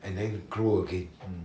and then grow again